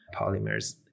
polymers